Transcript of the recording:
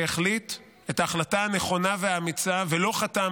שהחליט את ההחלטה הנכונה והאמיצה ולא חתם